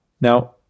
Now